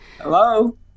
Hello